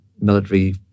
military